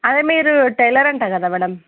అదే మీరు టైలర్ అంట కద మ్యాడమ్